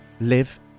live